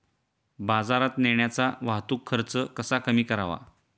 बाजारात नेण्याचा वाहतूक खर्च कसा कमी करावा?